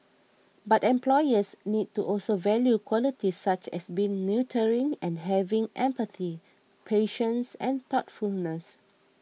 but employers need to also value qualities such as being nurturing and having empathy patience and thoughtfulness